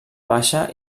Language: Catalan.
baixa